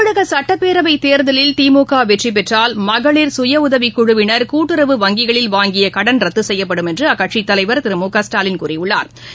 தமிழக சட்டப்பேரவைத் தேர்தலில் திமுக வெற்றிபெற்றால் மகளிர் சுய உதவிக் குழுவினர் கூட்டுறவு வங்கிகளில் வாங்கிய கடன் ரத்து செய்யப்படும் என்று அக்கட்சியின் தலைவர் திரு மு க ஸ்டாலின் கூறியுள்ளா்